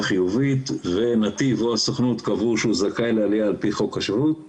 חיובית ו'נתיב' או הסוכנות קבעו שהוא זכאי לעלייה על פי חוק השבות הם